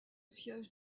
siège